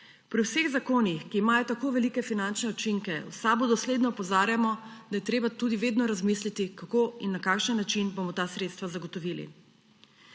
Pri vseh zakonih, ki imajo tako velike finančne učinke, v SAB dosledno opozarjamo, da je treba tudi vedno razmisliti, kako in na kakšen način bomo ta sredstva zagotovili.